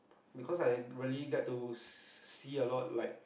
because I really get to see a lot like